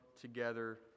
together